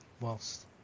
whilst